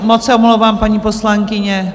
Moc se omlouvám, paní poslankyně.